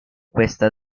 questa